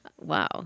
wow